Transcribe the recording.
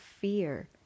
fear